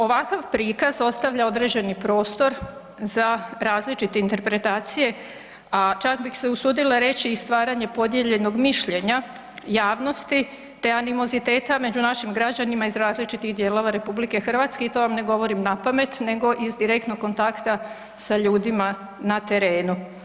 Ovakav prikaz ostavlja određeni prostor za različite interpretacije, a čak bih se usudila reći i stvaranje podijeljenog mišljenja javnosti te animoziteta među našim građanima iz različitih dijelova RH i to vam ne govorim napamet nego iz direktnog kontakta sa ljudima na terenu.